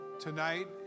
tonight